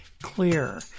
clear